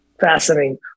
fascinating